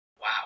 Wow